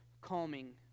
calming